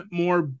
more